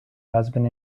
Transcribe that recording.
husband